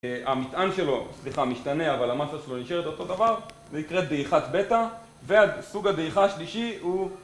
המטען שלו, סליחה, משתנה, אבל המסה שלו נשארת אותו דבר זה יקרה דעיכת בטא וה..סוג הדעיכה השלישי הוא...